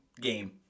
game